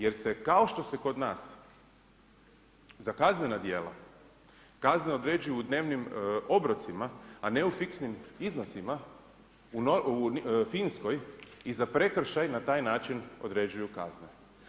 Jer se, kao što se kod nas za kaznena djela kazne određuju u dnevnim obrocima, a ne u fiksnim iznosima, u Finskoj i za prekršaj na taj način određuju kazne.